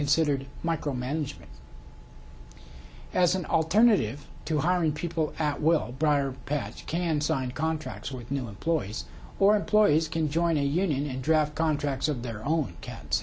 considered micro management as an alternative to hiring people at will briarpatch can sign contracts with new employees or employees can join a union and draft contracts of their own ca